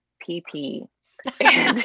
P-P